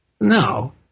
no